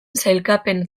sailkapen